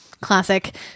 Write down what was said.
classic